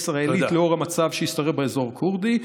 הישראלית לנוכח המצב שהשתרר באזור הכורדי.